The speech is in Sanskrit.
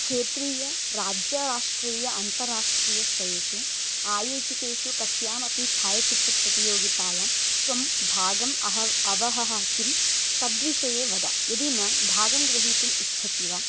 क्षेत्रीयराज्यराष्ट्रीय अन्ताराष्ट्रीयस्तरेषु आयोजितेषु कस्यामपि छायाचित्रप्रतियोगितायां त्वं भागम् अहव अवहः किं तद्विषये वद यदि न भागं ग्रहीतुम् इच्छसि वा